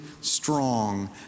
strong